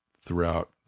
throughout